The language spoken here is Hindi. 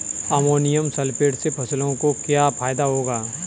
अमोनियम सल्फेट से फसलों को क्या फायदा होगा?